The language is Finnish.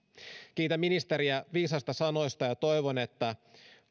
kiitän ministeriä viisaista sanoista ja toivon että